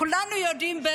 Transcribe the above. כולנו יודעים,